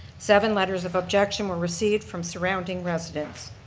seven letters of objection were received from surrounding residents.